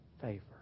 favor